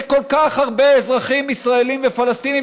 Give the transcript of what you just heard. שכל כך הרבה אזרחים ישראלים ופלסטינים